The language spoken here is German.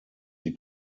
die